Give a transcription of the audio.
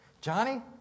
Johnny